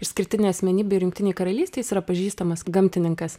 išskirtinė asmenybė ir jungtinėj karalystėj jis yra pažįstamas gamtininkas